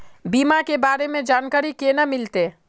बीमा के बारे में जानकारी केना मिलते?